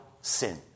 sin